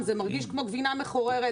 זה מרגיש כמו גבינה מחוררת,